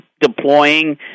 deploying